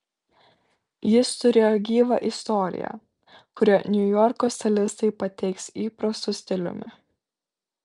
jis turėjo gyvą istoriją kurią niujorko stilistai pateiks įprastu stiliumi